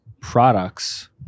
products